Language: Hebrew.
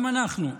גם אנחנו,